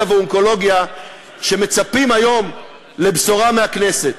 והאונקולוגיה שמצפים היום לבשורה מהכנסת.